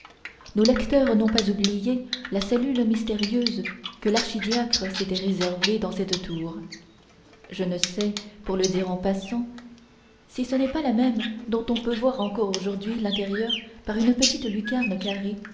nos lecteurs n'ont pas oublié la cellule mystérieuse que l'archidiacre s'était réservée dans cette tour je ne sais pour le dire en passant si ce n'est pas la même dont on peut voir encore aujourd'hui l'intérieur par une petite lucarne carrée